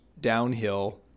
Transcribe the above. downhill